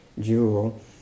jewel